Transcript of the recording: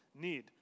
need